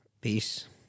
peace